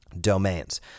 Domains